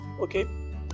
okay